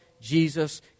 Jesus